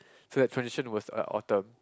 so that transition was a Autumn